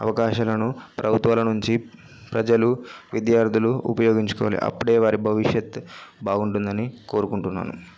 అవకాశాలను ప్రభుత్వాల నుంచి ప్రజలు విద్యార్థులు ఉపయోగించుకోవాలి అప్పుడే వారి భవిష్యత్తు బాగుంటుంది అని కోరుకుంటున్నాను